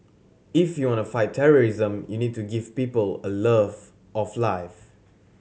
if you want to fight terrorism you need to give people a love of life